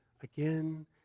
again